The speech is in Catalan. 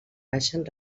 baixen